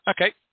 Okay